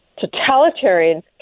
totalitarian